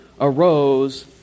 arose